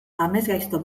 amesgaizto